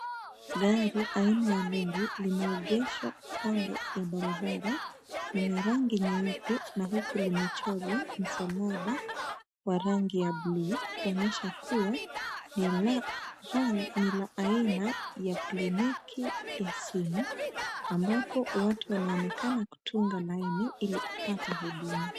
Gari aina ya lori limeegeshwa kando ya barabara. Ni ya rangi nyeupe na huku limechorwa msalaba wa rangi ya bluu kuonyesha kuwa ni la aina ya kliniki ya simu ambapo watu wanaonekana kutunga laini ili kupata huduma.